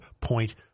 Point